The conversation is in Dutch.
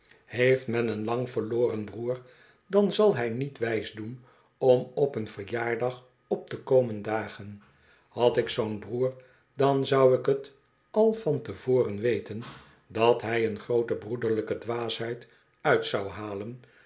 heeft men een lang verloren broer dan zal hij niet wijs doen om op een verjaardag op te komen dagen had ik zoo'n broer dan zou ik t al van te voren weten dat hij een groote broederlijke dwaasheid uit zou halen